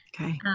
Okay